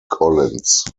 collins